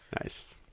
nice